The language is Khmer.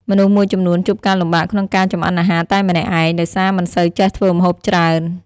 មនុស្សមួយចំនួនជួបការលំបាកក្នុងការចម្អិនអាហារតែម្នាក់ឯង ដោយសារមិនសូវចេះធ្វើម្ហូបច្រើន។